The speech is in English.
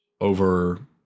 over